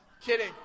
kidding